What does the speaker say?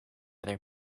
other